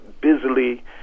busily